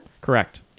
Correct